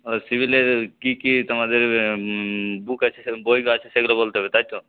ও সিভিলের কী কী তোমাদের বুক আছে সেরম বই আছে সেগুলো বলতে হবে তাই তো